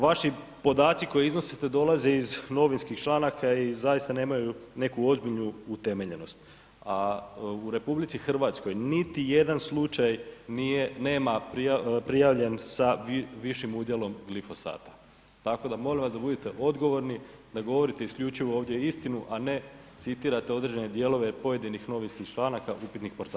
Vaši podaci koje iznosite dolaze iz novinskih članaka i zaista nemaju neku ozbiljniju utemeljenost. a u RH niti jedan slučaj nije, nema prijavljen sa višim udjelom glifosata, tako da molim vas da budete odgovorni, da govorite isključivo ovdje istinu, a ne citirate određene dijelove pojedinih novinskih članaka upitnih portala.